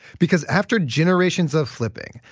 because after generations of flipping,